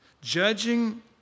Judging